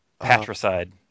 Patricide